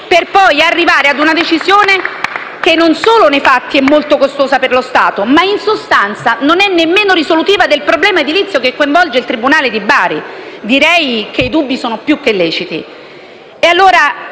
per poi arrivare a una decisione che non solo nei fatti è molto costosa per lo Stato, ma in sostanza non è nemmeno risolutiva del problema edilizio che coinvolge il tribunale di Bari. Direi che i dubbi sono più che leciti.